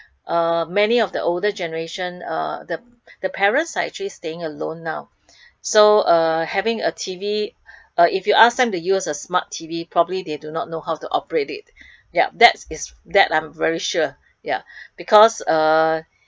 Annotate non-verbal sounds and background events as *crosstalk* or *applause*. *breath* uh many of the older generation uh the *breath* the parents are actually staying alone now *breath* so uh having a T_V *breath* uh if you ask them to use a smart T_V probably they do not how to operate it *breath* yup that is that I'm very sure ya because uh *breath*